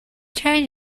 trying